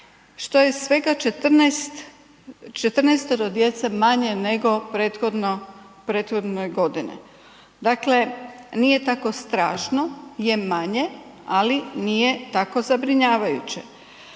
što je svega 14-oro djece manje nego prethodne godine. Dakle, nije tako strašno, je manje, ali nije tako zabrinjavajuće.